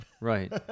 Right